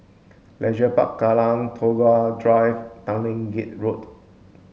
Leisure Park Kallang Tagore Drive Tanglin Gate Road